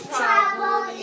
trouble